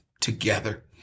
together